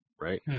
right